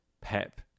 Pep